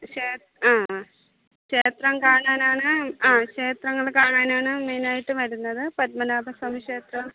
ആ ക്ഷേത്രം കാണാനാണ് ആ ക്ഷേത്രങ്ങൾ കാണാനാണ് മെയിനായിട്ട് വരുന്നത് പദ്മനാഭസ്വാമി ക്ഷേത്രം